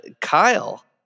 Kyle